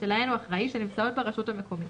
שלהן הוא אחראי שנמצאות ברשות המקומית,